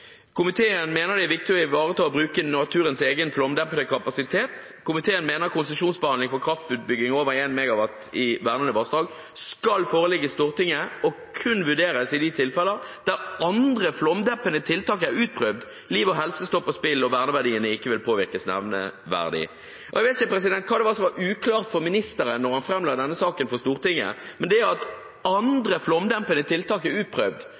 mener det er viktig å ivareta og bruke naturens egen flomdempende kapasitet. Komiteen mener konsesjonsbehandling for kraftutbygging over 1 MW i vernede vassdrag skal forelegges Stortinget og kun vurderes i de tilfeller der andre flomdempende tiltak er utprøvd, liv og helse står på spill og verneverdiene ikke vil påvirkes nevneverdig.» Jeg vet ikke hva det var som var uklart for ministeren da man framla denne saken for Stortinget, men det med at «andre flomdempende tiltak er